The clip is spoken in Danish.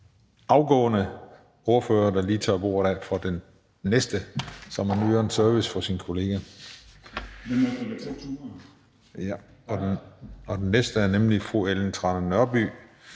afgående ordfører, der lige tørrer bordet af for den næste, så man yder en service til sin kollega. Den næste ordfører er nemlig fru Ellen Trane Nørby